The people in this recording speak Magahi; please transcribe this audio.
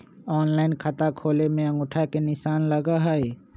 ऑनलाइन खाता खोले में अंगूठा के निशान लगहई?